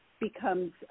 becomes